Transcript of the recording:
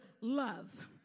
love